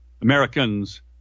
Americans